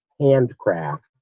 handcraft